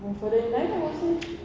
move further in life lah